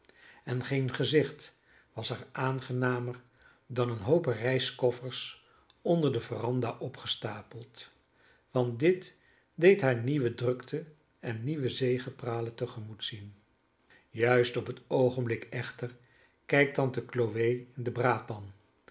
en geen gezicht was haar aangenamer dan een hoop reiskoffers onder de veranda opgestapeld want dit deed haar nieuwe drukte en nieuwe zegepralen te gemoet zien juist op het oogenblik echter kijkt tante chloe in de braadpan